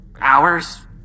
Hours